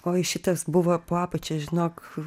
oi šitas buvo po apačia žinok